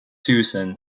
susan